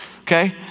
okay